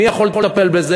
מי יכול לטפל בזה?